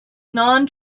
non